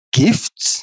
gifts